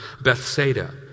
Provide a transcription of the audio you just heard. Bethsaida